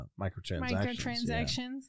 microtransactions